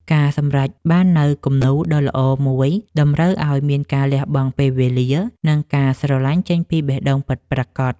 ការសម្រេចបាននូវគំនូរដ៏ល្អមួយតម្រូវឱ្យមានការលះបង់ពេលវេលា និង ការស្រឡាញ់ចេញពីបេះដូងពិតប្រាកដ។